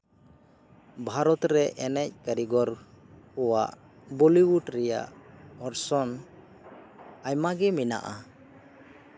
ᱵᱷᱟᱨᱚᱛᱨᱮ ᱮᱱᱮᱡ ᱠᱟᱹᱨᱤᱜᱚᱨ ᱵᱚᱞᱤᱩᱰ ᱨᱮᱭᱟᱜ ᱚᱨᱥᱚᱝ ᱟᱭᱢᱟ ᱜᱮ ᱢᱮᱱᱟᱜᱼᱟ